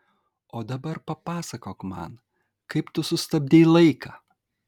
o dabar papasakok man kaip tu sustabdei laiką